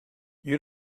you